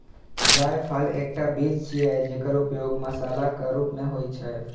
जायफल एकटा बीज छियै, जेकर उपयोग मसालाक रूप मे होइ छै